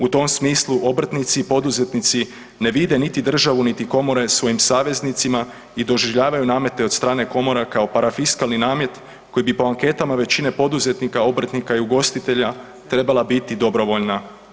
U tom smislu obrtnici i poduzetnici ne vide niti državu niti komore svojim saveznicima i doživljavaju namete od strane komora kao parafiskalni namet koji bi po anketama većine poduzetnika, obrtnika i ugostitelja trebala biti dobrovoljna.